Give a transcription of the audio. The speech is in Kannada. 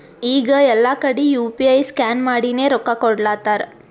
ಈಗ ಎಲ್ಲಾ ಕಡಿ ಯು ಪಿ ಐ ಸ್ಕ್ಯಾನ್ ಮಾಡಿನೇ ರೊಕ್ಕಾ ಕೊಡ್ಲಾತಾರ್